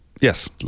Yes